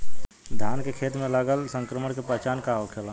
धान के खेत मे लगल संक्रमण के पहचान का होखेला?